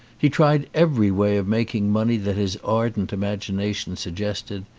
he tried every way of making money that his ardent imagination sug gested,